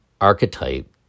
archetype